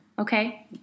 okay